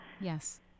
Yes